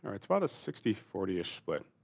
it's about a sixty forty ish split.